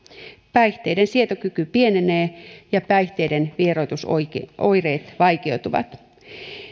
päihteiden sietokyky pienenee ja päihteiden vieroitusoireet vaikeutuvat